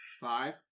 Five